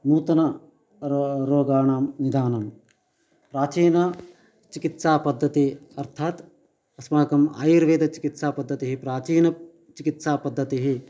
नूतन रो रोगाणां निदानं प्राचीन चिकित्सापद्धतिः अर्थात् अस्माकम् आयुर्वेदचिकित्सापद्धतिः प्राचीन चिकित्सापद्धतिः